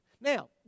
Now